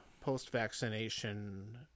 post-vaccination